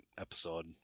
episode